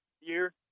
year